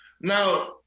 Now